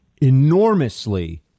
enormously